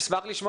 אני רוצה לומר